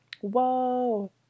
Whoa